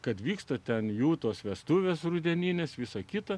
kad vyksta ten jų tos vestuvės rudeninės visa kita